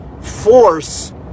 force